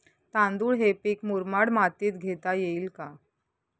तांदूळ हे पीक मुरमाड मातीत घेता येईल का?